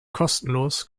kostenlos